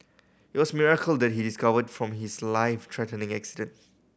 it was miracle that he is covered from his life threatening accident